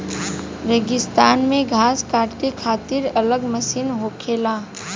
रेगिस्तान मे घास काटे खातिर अलग मशीन होखेला